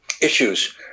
issues